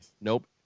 Nope